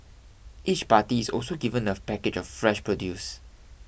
each party is also given a package of fresh produce